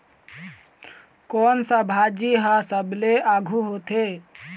कोन सा भाजी हा सबले आघु होथे?